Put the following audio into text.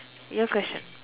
your question